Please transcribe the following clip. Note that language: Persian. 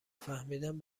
فهمیدم